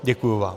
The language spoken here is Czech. Děkuji vám.